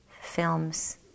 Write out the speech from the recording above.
films